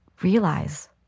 realize